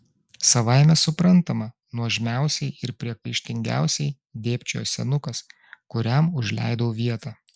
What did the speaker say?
savaime suprantama nuožmiausiai ir priekaištingiausiai dėbčiojo senukas kuriam užleidau vietą